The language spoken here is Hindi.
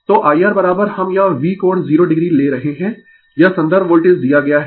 Refer slide Time 0136 तो IR हम यह V कोण 0 o ले रहे है यह संदर्भ वोल्टेज दिया गया है